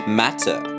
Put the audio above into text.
matter